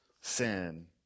sin